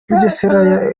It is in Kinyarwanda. bugesera